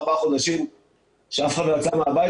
ארבעה חודשים כמעט אף אחד לא יצא מהבית,